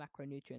macronutrients